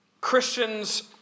Christian's